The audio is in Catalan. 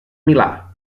milà